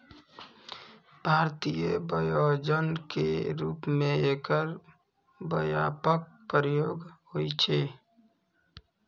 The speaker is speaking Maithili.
भारतीय व्यंजन के रूप मे एकर व्यापक प्रयोग होइ छै